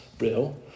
real